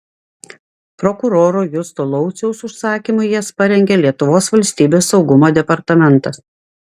prokuroro justo lauciaus užsakymu jas parengė lietuvos valstybės saugumo departamentas